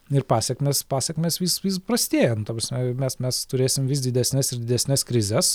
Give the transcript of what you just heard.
ir pasekmės pasekmės vis vis prastėja nu ta prasme mes mes turėsim vis didesnes ir didesnes krizes